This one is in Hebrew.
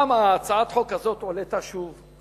הצעת החוק הזאת הועלתה שוב.